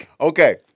Okay